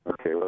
Okay